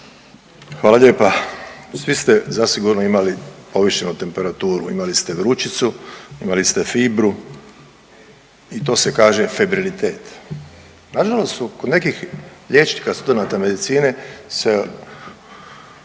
Hvala lijepa. Svi ste zasigurno imali povišenu temperaturu, imali ste vrućicu, imali ste fibru i to se kaže febrilitet. …/Govornik se ne razumije./… su kod nekih liječnika studenata medicine se